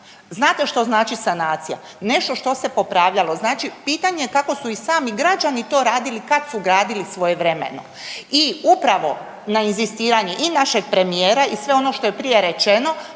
Znate što znači sanacija? Nešto što se popravljalo. Znači pitanje kako su i sami građani to radili kad su gradili svojevremeno. I upravo na inzistiranje i našeg premijera i sve ono što je prije rečeno